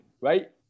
right